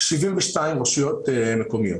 72 רשויות מקומיות.